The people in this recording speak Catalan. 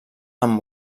amb